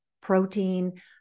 protein